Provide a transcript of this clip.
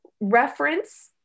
reference